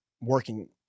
working